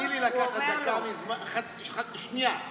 תני לקחת שנייה מזמנך.